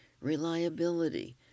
reliability